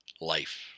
life